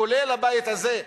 כולל הבית הזה,